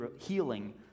healing